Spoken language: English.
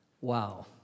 Wow